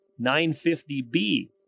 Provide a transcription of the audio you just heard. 950B